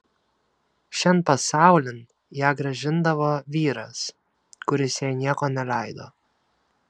šian pasaulin ją grąžindavo vyras kuris jai nieko neleido